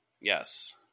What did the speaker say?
Yes